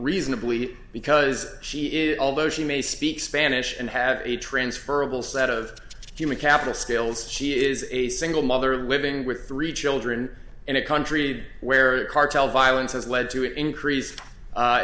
reasonably because she is although she may speak spanish and have a transferable set of human capital skills she is a single mother living with three children in a country where cartel violence has led to an increase